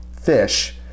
fish